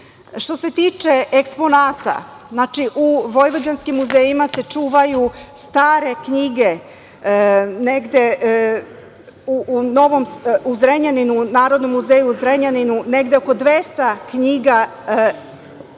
se tiče eksponata, u vojvođanskim muzejima se čuvaju stare knjige, u Narodnom muzeju u Zrenjaninu negde oko 200 knjiga se